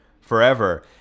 forever